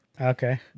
Okay